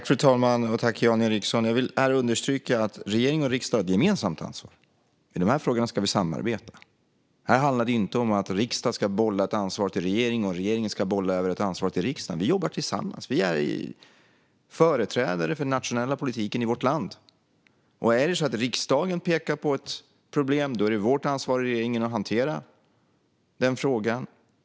Fru talman! Jag vill understryka att regering och riksdag har ett gemensamt ansvar. I dessa frågor ska vi samarbeta. Här handlar det inte om att riksdagen ska bolla ansvaret till regeringen och om att regeringen ska bolla över ansvaret till riksdagen, utan vi jobbar tillsammans. Vi är företrädare för den nationella politiken i vårt land. Är det så att riksdagen pekar på ett problem är det regeringens ansvar att hantera frågan.